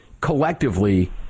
collectively